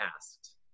asked